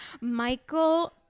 Michael